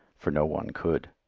for no one could.